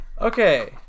Okay